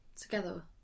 together